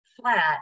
flat